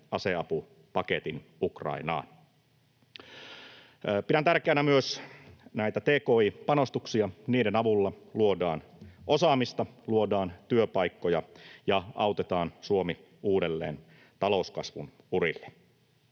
aseapupaketin Ukrainaan. Pidän tärkeänä myös näitä tki-panostuksia. Niiden avulla luodaan osaamista, luodaan työpaikkoja ja autetaan Suomi uudelleen talouskasvun urille.